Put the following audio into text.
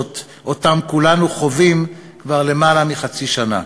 שכולנו חווים כבר למעלה מחצי שנה.